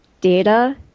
data